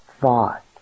thought